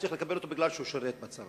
צריך לקבל אותו בגלל שהוא שירת בצבא,